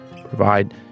provide